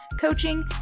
coaching